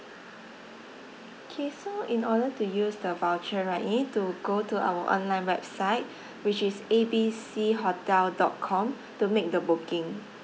K so in order to use the voucher right you need to go to our online website which is A B C hotel dot com to make the booking